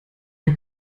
der